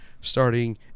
starting